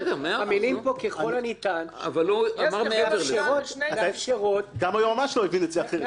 המילים "ככל הניתן" מאפשרות לך לומר-